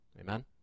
Amen